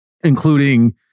including